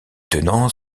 tenants